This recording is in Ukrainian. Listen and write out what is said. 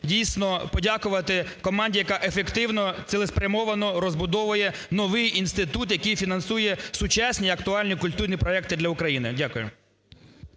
дійсно подякувати команді, яка ефективно, цілеспрямовано розбудовує новий інститут, який фінансує сучасні і актуальні культурні проекти для України. Дякую.